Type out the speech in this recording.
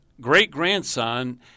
great-grandson